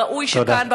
וראוי שכאן,